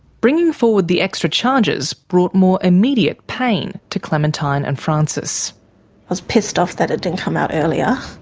bringing forward the extra charges brought more immediate pain to clementine and francis. i was pissed off that it didn't come out earlier.